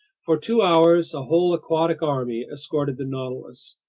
for two hours a whole aquatic army escorted the nautilus.